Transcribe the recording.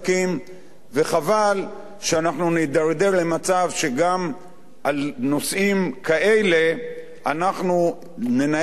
וחבל שאנחנו נידרדר למצב שגם על נושאים כאלה אנחנו ננהל את הוויכוח,